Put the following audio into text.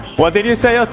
what did you say ah